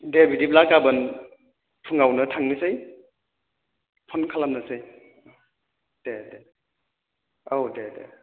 दे बिदिब्ला गाबोन फुङावनो थांनोसै फन खालामनोसै दे दे औ दे दे